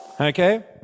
Okay